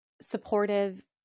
supportive